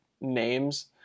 names